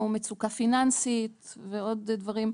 או מצוקה פיננסית ועוד דברים,